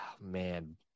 Man